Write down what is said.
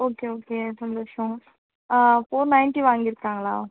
okay okay சந்தோஷம் four ninety வாங்கியிருக்காங்களா